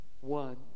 one